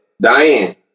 Diane